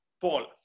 Paul